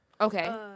Okay